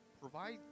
Provide